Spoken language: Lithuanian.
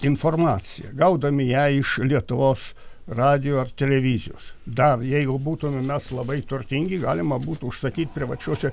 informaciją gaudami ją iš lietuvos radijo ar televizijos dar jeigu būtume mes labai turtingi galima būtų užsakyt privačiose